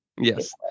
Yes